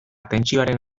tentsioaren